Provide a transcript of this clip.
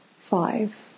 five